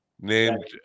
Named